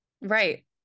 Right